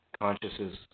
consciousness